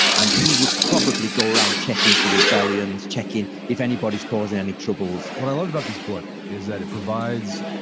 and he would probably go around checking for rebellions, checking if anybody's causing any troubles what i loved about this book is that it provides,